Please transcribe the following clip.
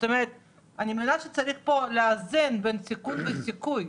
אני מבינה שצריך לאזן פה בין סיכון וסיכוי.